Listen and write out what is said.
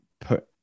put